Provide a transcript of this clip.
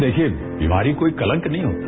देखिए बीमारी कोई कलंक नहीं होती